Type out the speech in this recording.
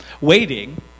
waiting